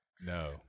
No